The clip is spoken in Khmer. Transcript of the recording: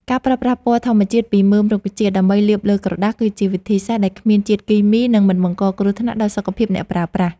ការប្រើប្រាស់ពណ៌ធម្មជាតិពីមើមរុក្ខជាតិដើម្បីលាបលើក្រដាស គឺជាវិធីសាស្ត្រដែលគ្មានជាតិគីមី និង មិនបង្កគ្រោះថ្នាក់ដល់សុខភាពអ្នកប្រើប្រាស់។